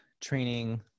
training